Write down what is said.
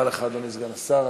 תודה רבה לך, אדוני סגן השר.